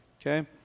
okay